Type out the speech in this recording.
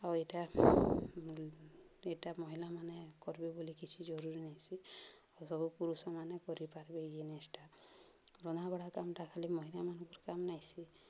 ଆଉ ଏଇଟା ଏଇଟା ମହିଲାମାନେ କର୍ବେ ବୋଲି କିଛି ଜରୁରୀ ନାଇଁସି ଆଉ ସବୁ ପୁରୁଷମାନେ କରିପାର୍ବେ ଏଇ ଜିନିଷଟା ରନା ବଢ଼ା କାମ୍ଟା ଖାଲି ମହିଲାମାନଙ୍କର କାମ୍ ନାଇଁସି